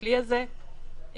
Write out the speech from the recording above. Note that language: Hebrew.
בכלי הזה,